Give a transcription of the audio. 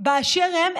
באשר הם,